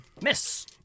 Miss